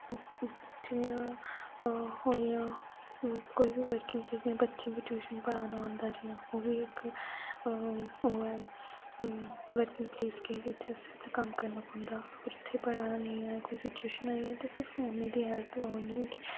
जियां होइआ कोई बी वर्किग प्लेस जियां बच्चें गी ट्युशन पढ़ाना होंदा ऐ जियां ओह्बी इक ओह् ऐ वर्किग प्लेस के ही की उत्थे कम्म करना पौंदा हा इत्थे बड़ा नेहा कोई सिचुएशन आई गेई ते फिर फोन निं देआ न क्युंकी